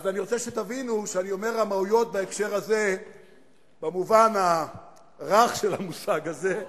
אני רוצה שתבינו שאני אומר "רמאויות" בהקשר הזה במובן הרך של המושג הזה,